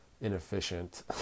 inefficient